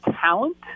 talent